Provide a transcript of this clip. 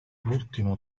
l’ultimo